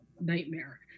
nightmare